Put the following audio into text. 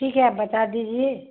ठीक है आप बता दीजिए